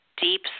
deep